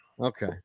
Okay